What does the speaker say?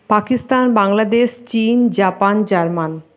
পাকিস্তান বাংলাদেশ চীন Japan German